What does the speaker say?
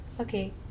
Okay